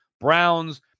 Browns